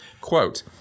Quote